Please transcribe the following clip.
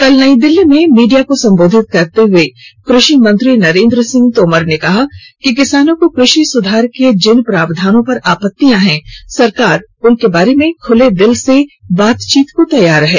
कल नई दिल्ली में मीडिया को संबोधित करते हुए कृषि मंत्री नरेन्द्र सिंह तोमर ने कहा कि किसानों को कृषि सुधार के जिन प्रावधानों पर आपत्तियां हैं सरकार उनके बारे में खूले दिल से बातचीत को र्तयार है